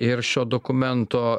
ir šio dokumento